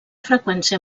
freqüència